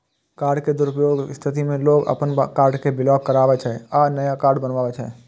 card के दुरुपयोगक स्थिति मे लोग अपन कार्ड कें ब्लॉक कराबै छै आ नया कार्ड बनबावै छै